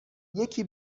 یکی